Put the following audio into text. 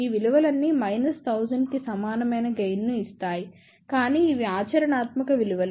ఈ విలువలన్నీ మైనస్ 1000 కి సమానమైన గెయిన్ ను ఇస్తాయి కానీ ఇవి ఆచరణాత్మక విలువలు